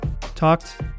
Talked